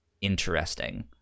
interesting